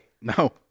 No